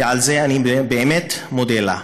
ועל זה אני באמת מודה לה.